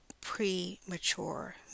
premature